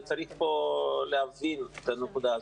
וצריך כאן להבין את הנקודה הזאת,